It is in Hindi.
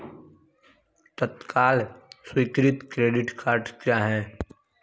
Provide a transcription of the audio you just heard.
तत्काल स्वीकृति क्रेडिट कार्डस क्या हैं?